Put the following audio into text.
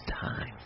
time